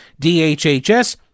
DHHS